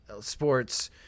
sports